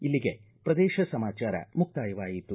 ಇಲ್ಲಿಗೆ ಪ್ರದೇಶ ಸಮಾಚಾರ ಮುಕ್ತಾಯವಾಯಿತು